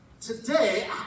today